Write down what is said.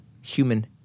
human